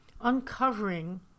uncovering